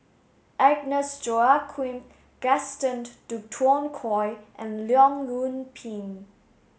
Agnes Joaquim Gaston Dutronquoy and Leong Yoon Pin